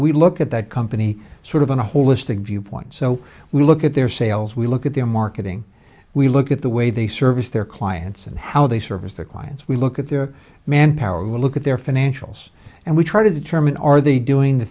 we look at that come any sort of a holistic viewpoint so we look at their sales we look at their marketing we look at the way they service their clients and how they service their clients we look at their manpower we look at their financials and we try to determine are they doing the